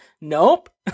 nope